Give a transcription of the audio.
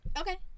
okay